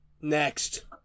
next